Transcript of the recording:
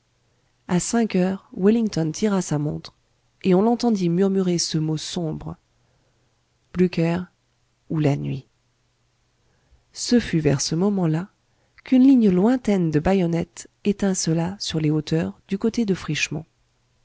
à cinq heures wellington tira sa montre et on l'entendit murmurer ce mot sombre blücher ou la nuit ce fut vers ce moment-là qu'une ligne lointaine de bayonnettes étincela sur les hauteurs du côté de frischemont